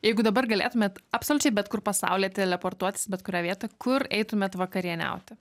jeigu dabar galėtumėt absoliučiai bet kur pasaulyje teleportuotis į bet kurią vietą kur eitumėt vakarieniauti